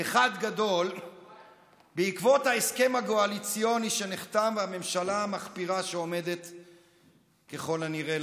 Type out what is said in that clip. אחד גדול בעקבות ההסכם הגועליציוני שנחתם והממשלה המחפירה שעומדת לקום,